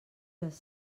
les